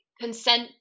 consent